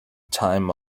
time